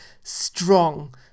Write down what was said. strong